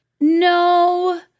no